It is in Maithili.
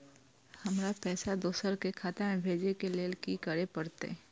हमरा पैसा दोसर के खाता में भेजे के लेल की करे परते?